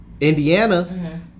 Indiana